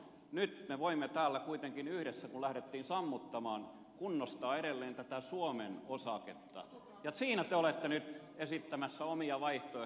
nyt me voimme täällä kuitenkin yhdessä kun lähdettiin sammuttamaan kunnostaa edelleen tätä suomen osaketta ja siinä te olette nyt esittämässä omia vaihtoehtoja